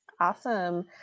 awesome